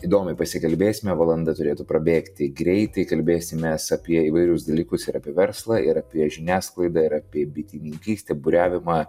įdomiai pasikalbėsime valanda turėtų prabėgti greitai kalbėsimės apie įvairius dalykus ir apie verslą ir apie žiniasklaidą ir apie bitininkystę buriavimą